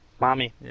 mommy